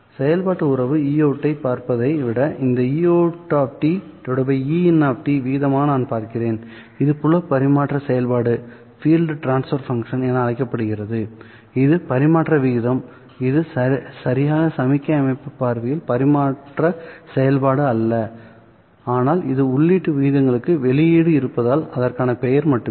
செயல்பாட்டு உறவு Eout ஐப் பார்ப்பதை விட இந்த Eout Ein விகிதமாக நான் பார்க்கிறேன் இது புல பரிமாற்ற செயல்பாடு என அழைக்கப்படுகிறதுஇது பரிமாற்ற விகிதம் இது சரியாக சமிக்ஞை அமைப்பு பார்வையில் பரிமாற்ற செயல்பாடு அல்ல ஆனால் இது உள்ளீட்டு விகிதங்களுக்கு வெளியீடு இருப்பதால் அதற்கான பெயர் மட்டுமே